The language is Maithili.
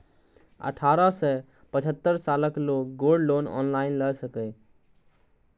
अठारह सं पचहत्तर सालक लोग गोल्ड लोन ऑनलाइन लए सकैए